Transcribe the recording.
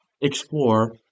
explore